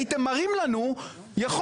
הייתם מראים לנו יכולת.